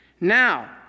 Now